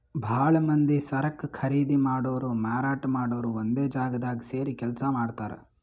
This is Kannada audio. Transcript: ಭಾಳ್ ಮಂದಿ ಸರಕ್ ಖರೀದಿ ಮಾಡೋರು ಮಾರಾಟ್ ಮಾಡೋರು ಒಂದೇ ಜಾಗ್ದಾಗ್ ಸೇರಿ ಕೆಲ್ಸ ಮಾಡ್ತಾರ್